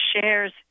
shares